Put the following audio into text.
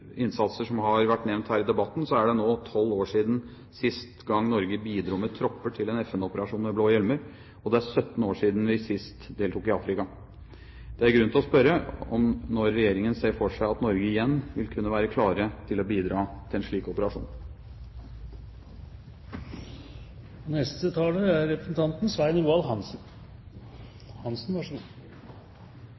innsatser som har vært nevnt her i debatten, er det nå 12 år siden sist gang Norge bidro med tropper til en FN-operasjon med blå hjelmer, og det er 17 år siden sist vi deltok i Afrika. Det er grunn til å spørre om når regjeringen ser for seg at Norge igjen vil kunne være klare til å bidra i en slik operasjon. Denne debatten bekrefter den brede politiske oppslutningen det er